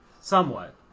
Somewhat